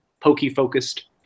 pokey-focused